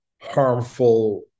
harmful